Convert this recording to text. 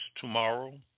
tomorrow